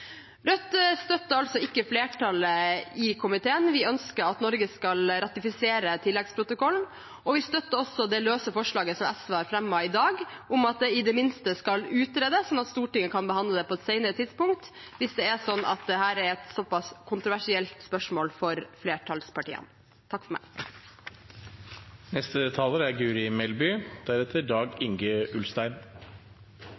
Rødt støtter altså ikke flertallet i komiteen. Vi ønsker at Norge skal ratifisere tilleggsprotokollen, og vi støtter også det løse forslaget som SV har fremmet i dag, om at det i det minste skal utredes, slik at Stortinget kan behandle det på et senere tidspunkt, hvis det er slik at dette er et såpass kontroversielt spørsmål for flertallspartiene.